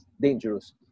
dangerous